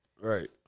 Right